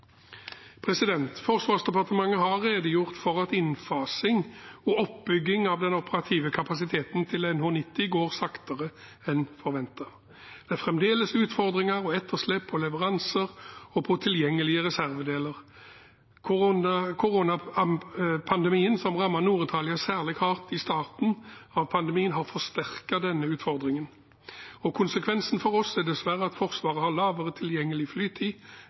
Forsvarsdepartementet har redegjort for at innfasing og oppbygging av den operative kapasiteten til NH90 går saktere enn forventet. Det er fremdeles utfordringer med og etterslep på leveranser og tilgjengelige reservedeler. Koronapandemien som rammet Nord-Italia særlig hardt i starten av pandemien, har forsterket denne utfordringen, og konsekvensen for oss er dessverre at Forsvaret har mindre tilgjengelig flytid